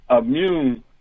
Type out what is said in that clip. immune